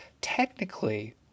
technically